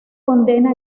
condena